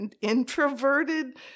introverted